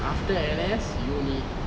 after N_S uni